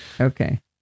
Okay